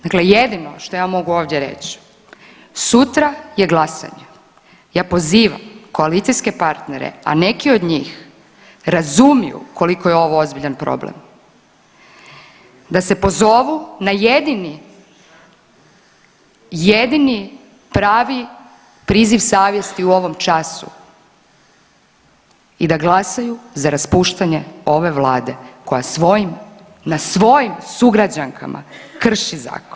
Dakle, jedino što ja mogu ovdje reći, sutra je glasanje ja pozivam koalicijske partnere, a neki od njih razumiju koliko je ovo ozbiljan problem, da se pozovu na jedini, jedini pravi priziv savjesti u ovom času i da glasaju za raspuštanje ove vlade koja svojim, na svojim sugrađankama krši zakon.